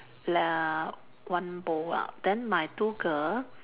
uh one bowl lah then my two girl